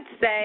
say